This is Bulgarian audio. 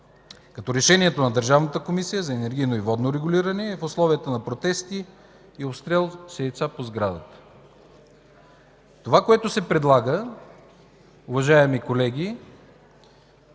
като решението на Държавната комисия за енергийно и водно регулиране е в условията на протести и обстрел с яйца по сградата. Това, което се предлага, уважаеми колеги,